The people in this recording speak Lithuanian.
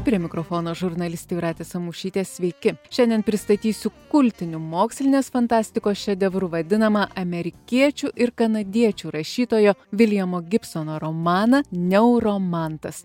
prie mikrofono žurnalistė jūratė samušytė sveiki šiandien pristatysiu kultiniu mokslinės fantastikos šedevru vadinamą amerikiečių ir kanadiečių rašytojo viljamo gibsono romaną neuromantas